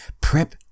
prep